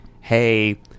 hey